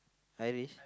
Irish